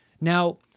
Now